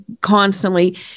constantly